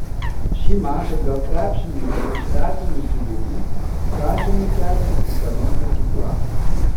šį mačą dėl krepšininkes išretinusių ligų prašė nukelti utenos ekipa